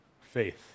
faith